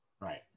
Right